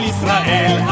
Israel